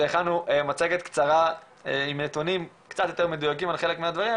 שהכנו מצגת קצרה עם נתונים קצת יותר מדויקים על חלק מהדברים,